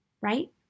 right